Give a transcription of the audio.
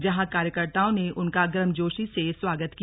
जहां कार्यकर्ताओं ने उनका गर्मजोशी से स्वागत किया